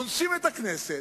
אונסים את הכנסת,